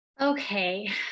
Okay